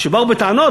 כשבאו בטענות,